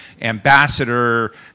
ambassador